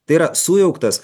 tai yra sujauktas